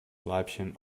weibchen